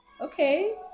Okay